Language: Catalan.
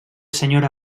senyora